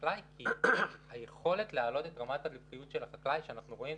לחקלאי כי היכולת להעלות את רמת הרווחיות של החקלאי ואנחנו רואים,